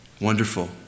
Wonderful